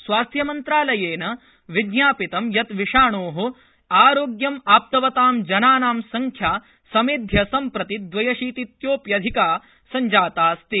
स्वास्थ्यमंत्रालयेन विज्ञापितं यत् विषाणो आरोग्यमाप्तवतां जनानां संख्या समेध्य सम्प्रति दव्यशीतितोप्यधिका संजातास्ति